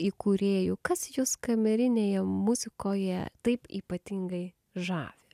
įkūrėjų kas jus kamerinėje muzikoje taip ypatingai žavi